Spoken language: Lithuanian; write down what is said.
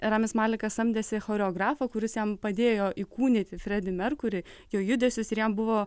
ramis malekas samdėsi choreografą kuris jam padėjo įkūnyti fredį merkurį jo judesius ir jam buvo